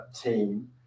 team